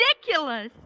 ridiculous